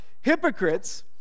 hypocrites